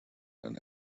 and